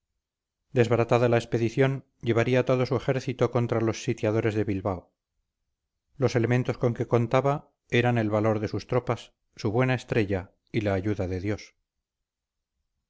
desbaratada la expedición llevaría todo su ejército contra los sitiadores de bilbao los elementos con que contaba eran el valor de sus tropas su buena estrella y la ayuda de dios